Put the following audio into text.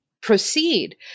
proceed